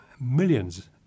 millions